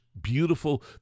Beautiful